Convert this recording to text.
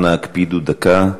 אנא הקפידו על דקה.